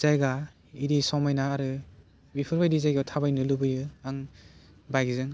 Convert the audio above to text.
जायगा इदि समायना आरो बेफोरबायदि जायगायाव थाबायनो लुगैयो आं बाइकजों